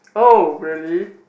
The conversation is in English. oh really